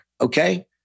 okay